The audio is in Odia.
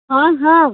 ହଁ ହଁ